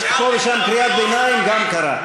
יש פה ושם קריאת ביניים, גם קרה.